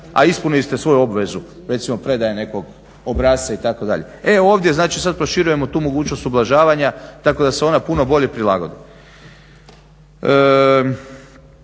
a ispunili ste svoju obvezu recimo predaje nekog obrasca itd. E ovdje znači sad proširujemo tu mogućnost ublažavanja tako da se ona puno bolje prilagodi.